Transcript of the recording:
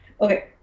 Okay